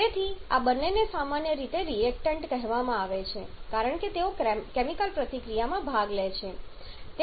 તેથી આ બંનેને સામાન્ય રીતે રિએક્ટન્ટ કહેવામાં આવે છે કારણ કે તેઓ કેમિકલ પ્રતિક્રિયામાં ભાગ લે છે